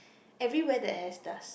everywhere that has dust